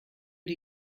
die